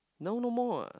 now no more what